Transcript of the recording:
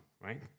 right